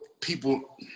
people